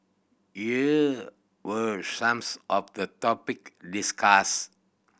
here were some of the topic discussed